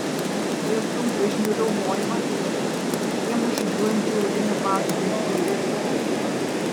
jis girdėjo sunkvežimių riaumojimą ir kiemu žygiuojančių aulinių batų dunksėjimą